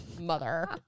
mother